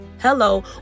hello